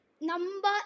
Number